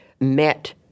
met